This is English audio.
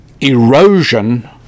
erosion